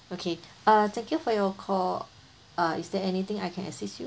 okay uh thank you for your call uh is there anything I can assist you